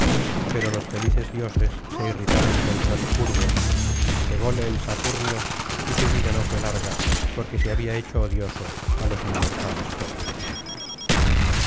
pero los felices dioses se irritaron contra licurgo cególe el saturnio y su vida no fué larga porque se había hecho odioso á los inmortales todos